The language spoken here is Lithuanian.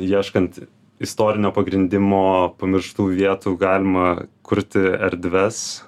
ieškant istorinio pagrindimo pamirštų vietų galima kurti erdves